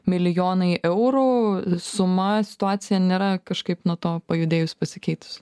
milijonai eurų suma situacija nėra kažkaip nuo to pajudėjus pasikeitus